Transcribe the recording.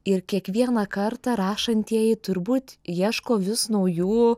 ir kiekvieną kartą rašantieji turbūt ieško vis naujų